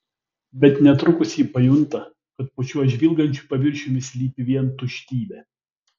bet netrukus ji pajunta kad po šiuo žvilgančiu paviršiumi slypi vien tuštybė